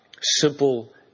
simple